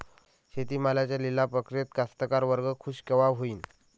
शेती मालाच्या लिलाव प्रक्रियेत कास्तकार वर्ग खूष कवा होईन?